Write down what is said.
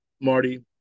Marty